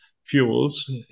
fuels